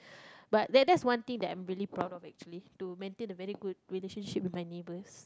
but that that's one thing that I'm really proud of actually to maintain a very good relationship with my neighbours